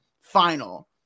final